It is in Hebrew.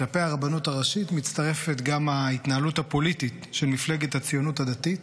כלפי הרבנות הראשית מצטרפת גם ההתנהלות הפוליטית של מפלגת הציונות הדתית